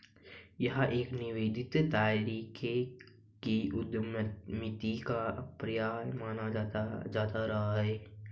यह एक निवेदित तरीके की उद्यमिता का पर्याय माना जाता रहा है